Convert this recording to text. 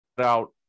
out